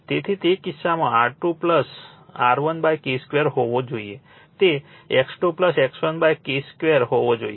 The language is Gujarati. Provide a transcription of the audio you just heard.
તેથી તે કિસ્સામાં R2 R1 K2 હોવો જોઈએ તે X2 X1 K 2 હોવો જોઈએ